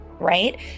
right